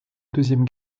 deuxième